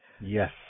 Yes